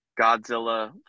Godzilla